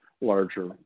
larger